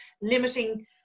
limiting